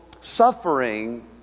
suffering